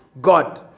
God